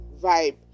vibe